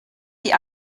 die